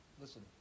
listen